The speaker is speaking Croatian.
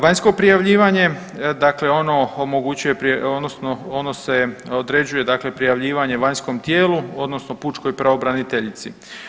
Vanjsko prijavljivanje, dakle ono omogućuje odnosno ono se određuje, dakle prijavljivanje vanjskom tijelu, odnosno pučkoj pravobraniteljici.